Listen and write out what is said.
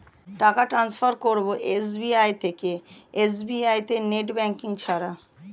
টাকা টান্সফার করব এস.বি.আই থেকে এস.বি.আই তে নেট ব্যাঙ্কিং ছাড়া?